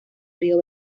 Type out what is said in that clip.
río